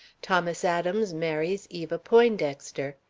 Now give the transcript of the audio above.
thomas adams marries eva poindexter.